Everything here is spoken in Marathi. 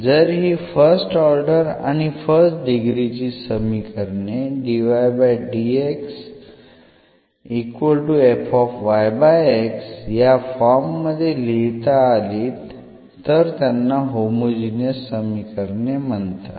जर ही फर्स्ट ऑर्डर आणि फर्स्ट डिग्री ची समीकरणे या फॉर्म मध्ये लिहिता आलीत तर त्यांना होमोजिनियस समीकरणे म्हणतात